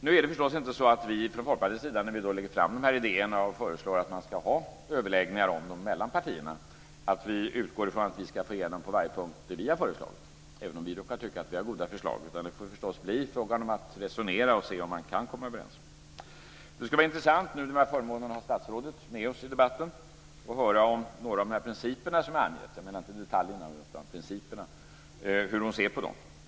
Nu är det förstås inte så att vi från Folkpartiets sida när vi lägger fram de här idéerna och föreslår att man ska ha överläggningar om dem mellan partierna utgår från att vi ska få igenom vad vi har föreslagit på varje punkt - även om vi råkar tycka att vi har goda förslag. Det får förstås bli fråga om att resonera och se om man kan komma överens. Det skulle vara intressant, nu när vi har förmånen att ha statsrådet med oss i debatten, att höra om hur hon ser på några av de principer som jag har angivit. Jag menar då inte detaljerna utan principerna.